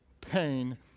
pain